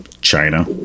China